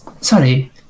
sorry